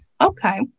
Okay